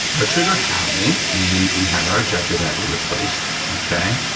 our trigger housing, and we have our ejector that we replaced, okay?